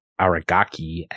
Aragaki